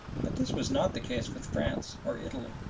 but this was not the case with france or italy.